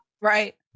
Right